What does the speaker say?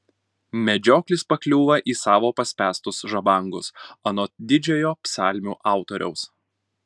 medžioklis pakliūva į savo paspęstus žabangus anot didžiojo psalmių autoriaus